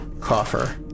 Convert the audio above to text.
Coffer